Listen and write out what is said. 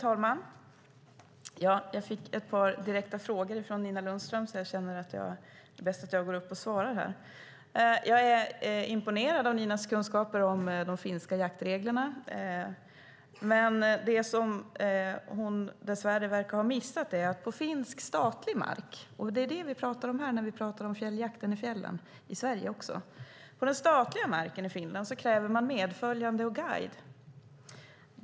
Fru talman! Jag fick ett par direkta frågor av Nina Lundström, så jag känner att det är bäst att jag går upp och svarar. Jag är imponerad av Ninas kunskaper om de finska jaktreglerna. Men det som hon dess värre verkar ha missat är att man på den statliga marken i Finland - och det är det vi pratar om här när vi pratar om fjälljakten i Sverige också - kräver medföljande guide.